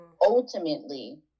ultimately